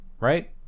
Right